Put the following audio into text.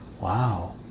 Wow